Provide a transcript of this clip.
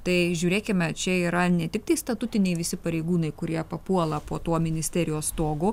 tai žiūrėkime čia yra ne tiktai statutiniai visi pareigūnai kurie papuola po tuo ministerijos stogu